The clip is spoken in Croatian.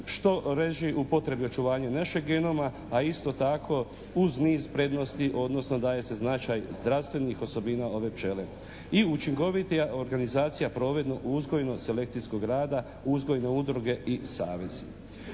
što leži u potrebi očuvanja našeg genoma, a isto tako uz niz prednosti, odnosno daje se značaj zdravstvenih osobina ove pčele i učinkovitija organizacija provedno uzgojno-selekcijskog rada, uzgojne udruge i savezi.